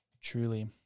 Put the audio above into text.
truly